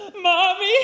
Mommy